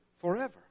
forever